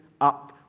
up